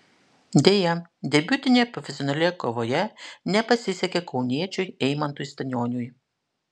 deja debiutinėje profesionalioje kovoje nepasisekė kauniečiui eimantui stanioniui